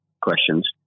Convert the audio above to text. questions